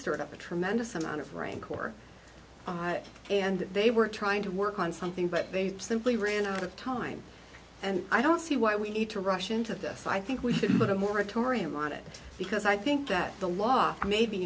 stirred up a tremendous amount of rain corps and they were trying to work on something but they simply ran out of time and i don't see why we need to rush into this i think we should put a moratorium on it because i think that the law may be